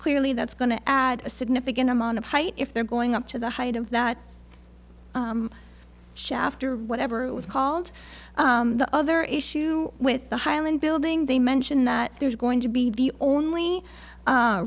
clearly that's going to add a significant amount of height if they're going up to the height of that shafter or whatever it was called the other issue with the highland building they mention that there's going to be only a